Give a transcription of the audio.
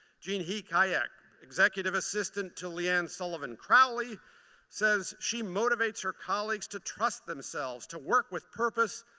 jeanhe kayak, executive assistant to lianne sullivan crowley says she motivates her colleagues to trust themselves, to work with purpose,